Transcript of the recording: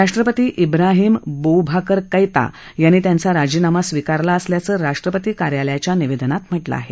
राष्ट्रपती ज्ञाहिम Boubacar Keita यांनी त्यांचा राजीनामा स्वीकारला असल्याचं राष्ट्रपती कार्यालयाच्या निवेदनात म्हटलं आहे